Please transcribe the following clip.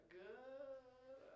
good